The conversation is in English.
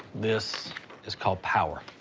this is called power.